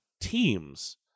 teams